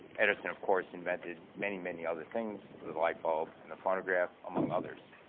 edison, of course, invented many, many other things the the lightbulb and the phonograph, among others.